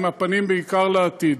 עם הפנים בעיקר לעתיד.